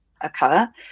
occur